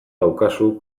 daukazu